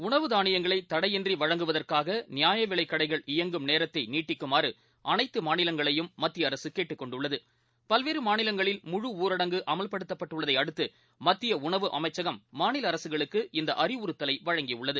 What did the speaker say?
உணவுதானியங்களைதடையின்றிவழங்குவதற்காகநியாயவிலைக்கடைகள்இய ங்கும்நேரத்தைநீட்டிக்குமாறுஅனைத்துமாநிலங்களையும்மத்தியஅரசுகேட்டுக்கொண் டுள்ளது பல்வேறுமாநிலங்களில்முழுஊரங்குஅமல்படுத்தப்பட்டுள்ளதைஅடுத்துமத்திய உணவுஅமைச்சகம்மாநிலஅரசுகளுக்குஇந்தஅறிவுறுத்தலைவழங்கியுள்ளது